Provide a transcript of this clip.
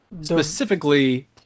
Specifically